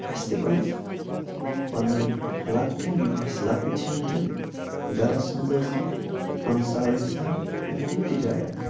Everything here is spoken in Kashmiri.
اَسہِ تہِ پَزِ پَنٛنٮ۪ن لۄکٹٮ۪ن یِم اَسہِ لۄکٕٹۍ چھِ وٕنۍکٮ۪ن گَرَس منٛز ٲسۍتَن ہمسایہِ ٲسۍتَن یا کُنہِ تہِ جایہِ آسہِ